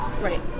Right